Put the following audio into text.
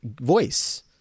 voice